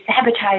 sabotage